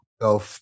go